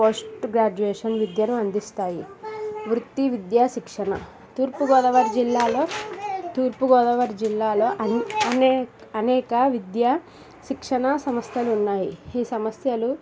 post graduation విద్యను అందిస్తాయి వృత్తి విద్యా శిక్షణ తూర్పుగోదావరి జిల్లాలో తూర్పుగోదావరి జిల్లాలో అనేక విద్య శిక్షణ సంస్థలు ఉన్నాయి ఈ సమస్యలు